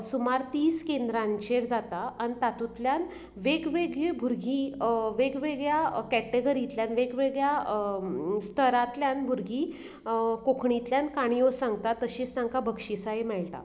सुमार तीस केंद्रांचेर जाता आनी तातूंतल्यान वेगवेगळीं भुरगीं वेगवेगळ्या कॅटेगरींतल्यान वेगवेगळ्या स्थरांतल्यान भुरगीं कोंकणीतल्यान काणयो सांगतां तशीच तांकां बक्षिसांय मेळटां